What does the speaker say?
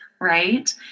right